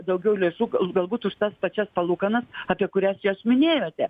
daugiau lėšų gal galbūt už tas pačias palūkanas apie kurias čia aš minėjote